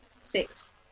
Six